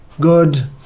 good